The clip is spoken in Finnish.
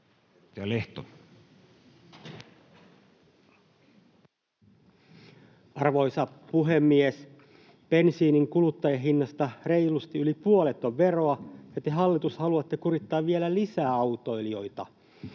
Arvoisa puhemies! Bensiinin kuluttajahinnasta reilusti yli puolet on veroa, ja te, hallitus, haluatte kurittaa autoilijoita